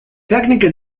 tecnica